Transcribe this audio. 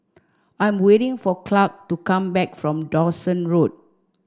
I'm waiting for Clark to come back from Dawson Road